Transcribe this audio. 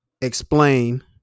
explain